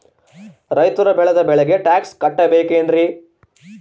ರೈತರು ಬೆಳೆದ ಬೆಳೆಗೆ ಟ್ಯಾಕ್ಸ್ ಕಟ್ಟಬೇಕೆನ್ರಿ?